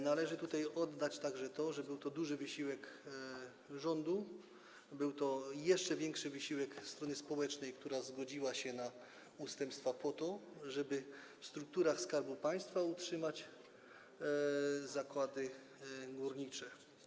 Należy tutaj oddać także to, że był to duży wysiłek rządu i był to jeszcze większy wysiłek strony społecznej, która zgodziła się na ustępstwa po to, żeby w strukturach Skarbu Państwa utrzymać zakłady górnicze.